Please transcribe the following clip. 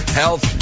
health